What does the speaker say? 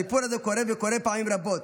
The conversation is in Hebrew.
הסיפור הזה קרה וקורה פעמים רבות.